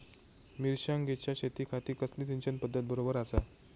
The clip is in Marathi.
मिर्षागेंच्या शेतीखाती कसली सिंचन पध्दत बरोबर आसा?